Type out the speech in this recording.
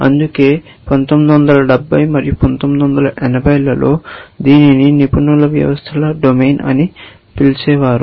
అందుకే 1970 మరియు 1980 లలో దీనిని నిపుణుల వ్యవస్థల డొమైన్ అని పిలుస్తారు